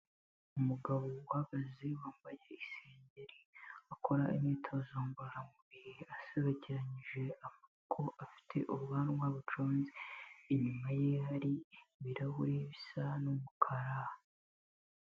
Umugabo uhagaze wambaye isengeri, akora imyitozo ngororamubiri, asobekeranyije amaboko, afite ubwanwa buconze, inyuma ye hari ibirahuri bisa n'umukara.